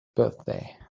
birthday